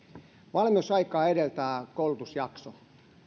valmiusaikaa edeltää koulutusjakso